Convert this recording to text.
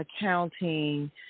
accounting